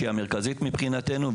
שהיא המרכזית מבחינתנו,